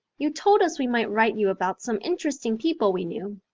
you told us we might write you about some interesting people we knew.